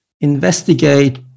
investigate